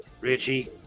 Richie